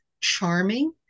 charming